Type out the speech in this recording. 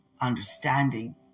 understanding